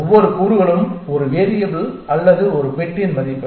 ஒவ்வொரு கூறுகளும் ஒரு வேரியபிள் அல்லது ஒரு பிட்டின் மதிப்பு